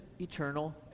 eternal